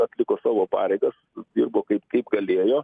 atliko savo pareigas dirbo kaip kaip galėjo